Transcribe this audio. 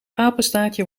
apenstaartje